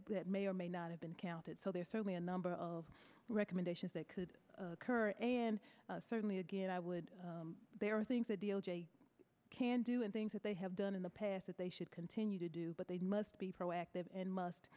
that may or may not have been counted so there's certainly a number of recommendations that could occur and certainly again i would there are things that can do and things that they have done in the past that they should continue to do but they must be proactive and must